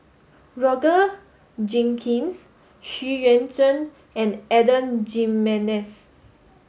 Roger Jenkins Xu Yuan Zhen and Adan Jimenez